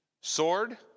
sword